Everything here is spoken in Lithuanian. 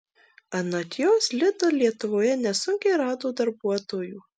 anot jos lidl lietuvoje nesunkiai rado darbuotojų